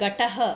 गटः